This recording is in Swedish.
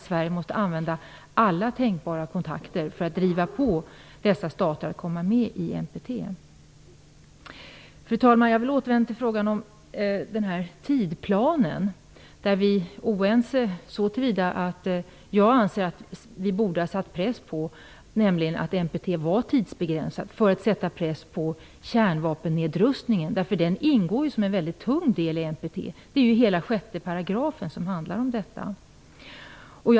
Sverige måste använda sig av alla tänkbara kontakter för att driva på dessa stater så att de kommer med i Fru talman! Jag vill återkomma till frågan om tidplanen, där vi är oense så till vida att jag anser att vi borde ha sett till att NPT blev tidsbegränsat för att sätta press på kärnvapennedrustningen, eftersom den ingår som en väldigt tung del i NPT. Hela 6 § handlar ju om detta.